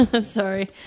sorry